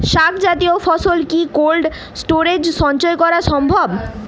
শাক জাতীয় ফসল কি কোল্ড স্টোরেজে সঞ্চয় করা সম্ভব?